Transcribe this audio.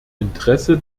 interesse